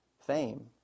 fame